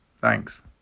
Thanks